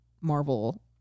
Marvel